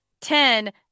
Ten